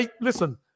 Listen